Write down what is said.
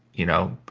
you know,